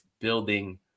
building